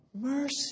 mercy